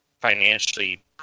financially